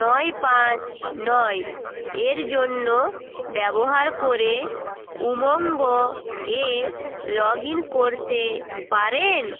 নয় পাঁচ নয় এর জন্য ব্যবহার করে উমঙ্গ এ লগ ইন করতে পারেন